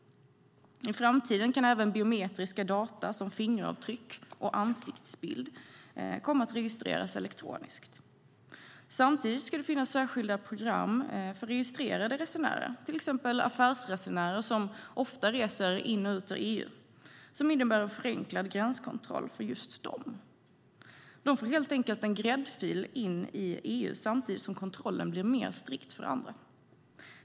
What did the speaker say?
I framtiden kan även biometriska data som fingeravtryck och ansiktsbild komma att registreras elektroniskt. Samtidigt ska det finnas särskilda program för registrerade resenärer, till exempel affärsresenärer som ofta reser in i och ut ur EU, vilket innebär en förenklad gränskontroll för just dem. De får helt enkelt en gräddfil in i EU, samtidigt som kontrollen blir mer strikt för andra.